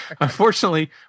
unfortunately